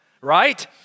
right